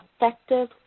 effective